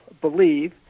believe